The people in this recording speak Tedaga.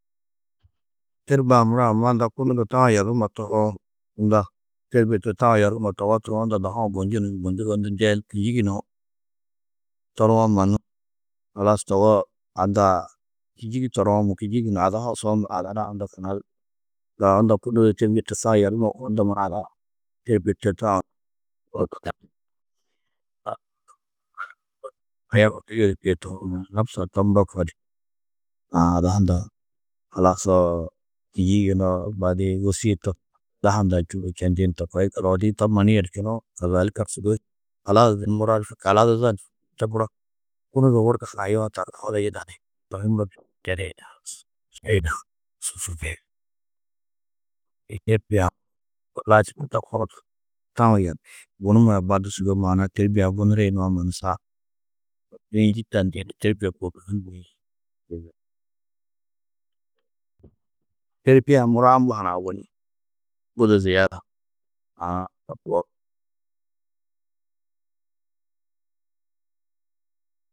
Têrbie-ã muro amma unda kunu du tau yerrumo tohoo, unda têrbie to tau yerumma togo tohoo, unda dahu-ã bunjunu ni, bunjunu, ndee ni kînjigi nuũ toruwo mannu halas togo unda kînjigi toruwo, kînjigi ada hosuwo muro ada nuã unda sûgoi zaga unda kunu du têrbie to tau yerumma koo, unda mannu ada têrbie to tau, haya hundu yodurkîe tohoo mannu nofsa to muro koo di aã ada hundɑ͂ ha kînjigi yunu badiĩ wôsie to ada hundɑ͂ čûuŋgu čendi ni to koo yikallu odi-ĩ to mannu yerčunoo, kazalika sûgoi halas ni muro ni galadudo ni to muro kunu du wurda hunã to hi muro sûgoi hunã to kuĩ têrbie-ã muro tau yerriĩ. Bunumodi baddu sûgoi maana-ã têrbie-ã gunuri nuwo mannu saab. To kuĩ Têrbie-ã muro ôwonni budi ziyeda, Aã to koo.